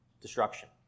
destruction